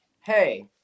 hey